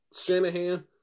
Shanahan